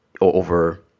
over